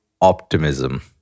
optimism